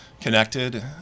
connected